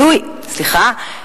סליחה,